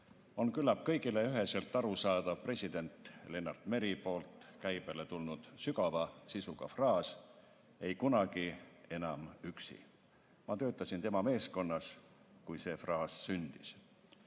on küllap kõigile üheselt arusaadav president Lennart Meri poolt käibele tulnud sügava sisuga fraas "Ei kunagi enam üksi". Ma töötasin tema meeskonnas, kui see fraas sündis.